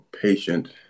patient